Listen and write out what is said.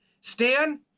Stan